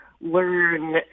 learn